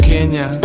Kenya